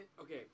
Okay